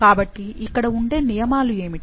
కాబట్టి ఇక్కడ ఉండే నియమాలు ఏమిటి